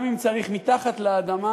גם אם צריך מתחת לאדמה